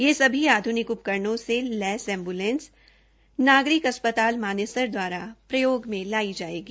यह सभी आध्निक उपकरणों से लैस एंबुलैस नागरिक अस्पताल मानेसर द्वारा प्रयोग में लाई जायेगी